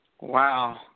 Wow